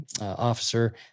officer